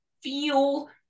feel